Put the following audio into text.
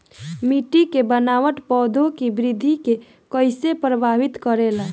मिट्टी के बनावट पौधों की वृद्धि के कईसे प्रभावित करेला?